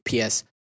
PS